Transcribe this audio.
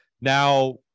now